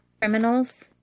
criminals